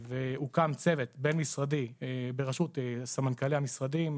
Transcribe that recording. הוקם צוות בין-משרדי בראשות סמנכ"לי המשרדים,